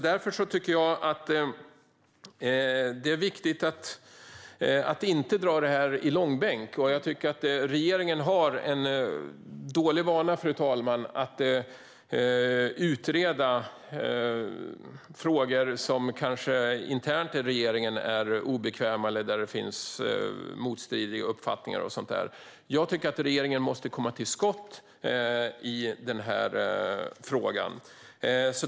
Därför tycker jag att det är viktigt att inte dra detta i långbänk. Jag tycker att regeringen har en dålig vana, fru talman, att utreda frågor som kanske internt i regeringen är obekväma eller som det finns motstridiga uppfattningar om. Jag tycker att regeringen måste komma till skott i denna fråga.